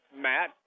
Matt